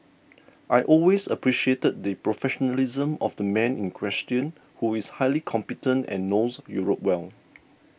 I always appreciated the professionalism of the man in question who is highly competent and knows Europe well